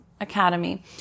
academy